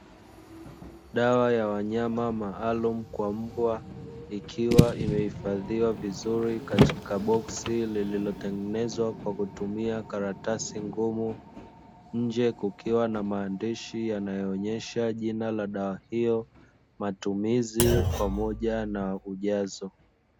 Dawa ya wanyama maalumu kwa mbwa, ikiwa imehifadhiwa vizuri katika boksi lililotengenezwa kwa kutumia karatasi ngumu, nje kukiwa na maandishi yanayoonesha jina la dawa hiyo, matumizi pamoja na ujazo.